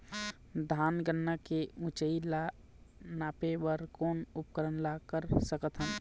धान गन्ना के ऊंचाई ला नापे बर कोन उपकरण ला कर सकथन?